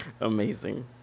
Amazing